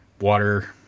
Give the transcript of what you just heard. water